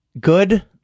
good